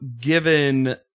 given